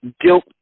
guilt